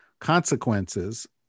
consequences